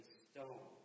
stone